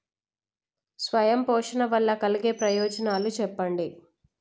స్వయం పోషణ వల్ల కలిగే ప్రయోజనాలు చెప్పండి?